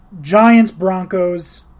Giants-Broncos